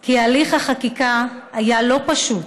כי הליך החקיקה היה לא פשוט